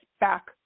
back